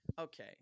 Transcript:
okay